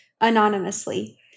anonymously